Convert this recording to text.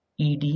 ED